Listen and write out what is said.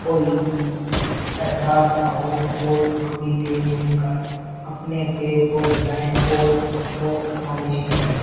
کوئی احساس سا ہو تو تھوڑی دیر رک کر اپنے پیر کو ہلائیں اور اس کو مالش کریں